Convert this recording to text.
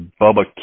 Bubba